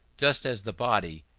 just as the body,